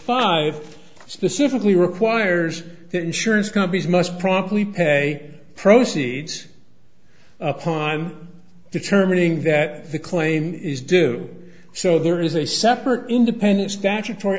five specifically requires that insurance companies must promptly pay proceeds upon determining that the claim is due so there is a separate independent statutory